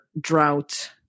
drought